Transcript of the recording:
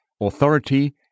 authority